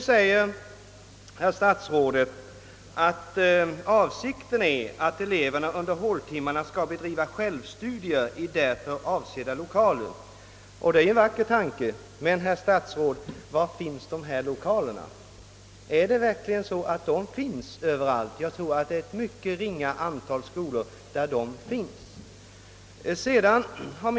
Statsrådet säger i svaret att »eleverna under håltimmarna skall bedriva självstudier i därför avsedda lokaler», och det är ju en vacker tanke. Men, herr statsråd, var finns de lokalerna? Jag tror det är ett mycket ringa antal skolor som har sådana lokaler.